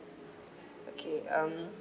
okay um